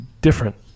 different